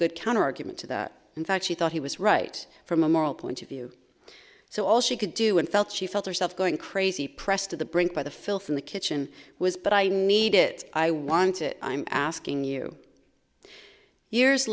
good counterargument to that in fact she thought he was right from a moral point of view so all she could do and felt she felt herself going crazy pressed to the brink by the filth in the kitchen was but i need it i want it i'm asking you years